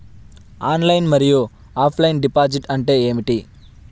Online మరియు offline deposit అంటే ఏమిటి?